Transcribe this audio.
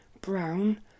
brown